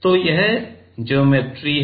तो यह ज्योमेट्री है